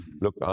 Look